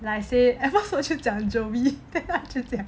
like I say at first 我就讲 joey